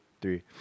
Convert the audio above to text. three